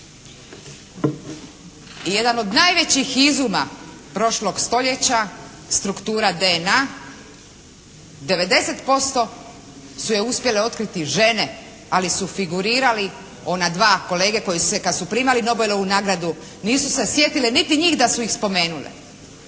Jedan od najvećih izuma prošlog stoljeća, struktura DNA, 90% su je uspjele otkriti žene, ali su figurirali ona dva kolege koji su kad su primali Nobelovu nagradu nisu se sjetili niti njih da su ih spomenule.